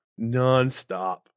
nonstop